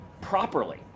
properly